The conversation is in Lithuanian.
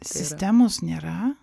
sistemos nėra